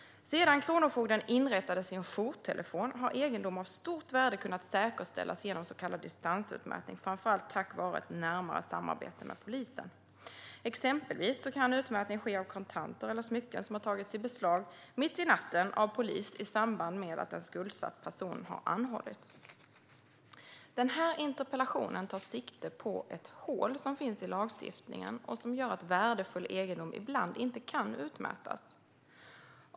Sedan Kronofogden inrättade sin jourtelefon har egendom av stort värde kunnat säkerställas genom så kallad distansutmätning, framför allt tack vare ett närmare samarbete med polisen. Exempelvis kan utmätning ske av kontanter eller smycken som har tagits i beslag mitt i natten av polis i samband med att en skuldsatt person har anhållits. Denna interpellation tar sikte på ett hål i lagstiftningen som gör att värdefull egendom ibland inte kan utmätas.